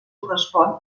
correspon